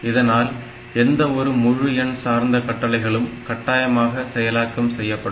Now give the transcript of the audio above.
இதனால் எந்த ஒரு முழு எண் சார்ந்த கட்டளைகளும் கட்டாயமாக செயலாக்கம் செய்யப்படும்